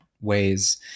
ways